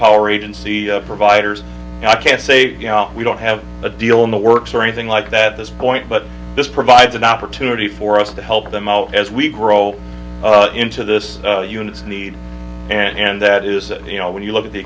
power agency providers i can't say you know we don't have a deal in the works or anything like that at this point but this provides an opportunity for us to help them out as we grow into this unit's need and that is you know when you look at the